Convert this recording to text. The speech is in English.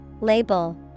Label